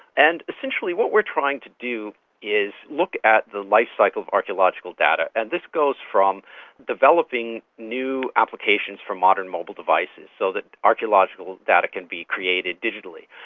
and essentially what we're trying to do is look at the life cycle of archaeological data, and this goes from developing new applications for modern mobile devices, so that archaeological data can be created digitally.